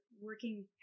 working